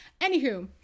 Anywho